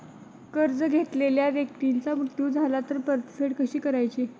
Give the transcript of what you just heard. कर्ज घेतलेल्या व्यक्तीचा मृत्यू झाला तर परतफेड कशी करायची?